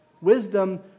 Wisdom